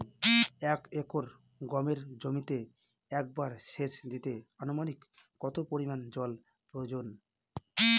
এক একর গমের জমিতে একবার শেচ দিতে অনুমানিক কত পরিমান জল প্রয়োজন?